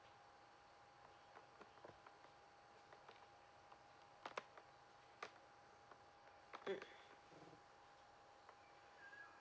mm